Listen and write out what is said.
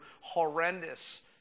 horrendous